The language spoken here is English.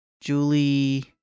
Julie